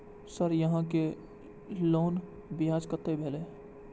Sir यहां के loan ब्याज कतेक भेलेय?